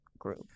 group